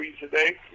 today